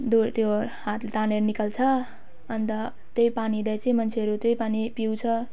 डो त्यो हातले तानेर निकाल्छ अन्त त्यही पानीलाई मान्छेहरू त्यही पानी पिउँछ